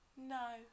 no